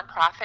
nonprofit